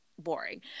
boring